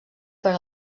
per